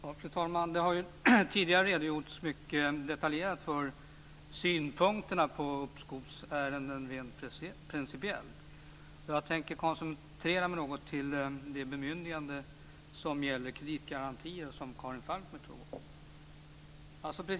Fru talman! Här har tidigare mycket detaljerat redogjorts för rent principiella synpunkter på uppskovsärenden. Jag tänker koncentrera mig till det bemyndigande gällande kreditgarantier som Karin Falkmer tog upp.